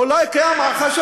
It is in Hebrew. עד היום אולי קיים החשש,